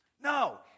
No